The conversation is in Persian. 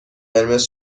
قرمز